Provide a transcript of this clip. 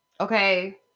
Okay